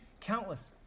Countless